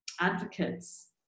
advocates